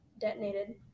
detonated